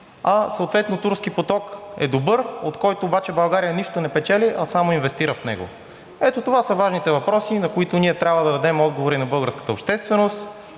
а съответно Турски поток е добър, от който обаче България нищо не печели, а само инвестира в него? Ето това са важните въпроси, на които ние трябва да дадем отговори на българската общественост.